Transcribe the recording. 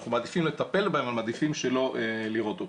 אנחנו מעדיפים לטפל בהם ומעדיפים שלא לראות אותם.